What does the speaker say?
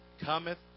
cometh